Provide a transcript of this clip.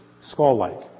skull-like